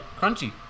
crunchy